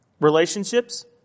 Relationships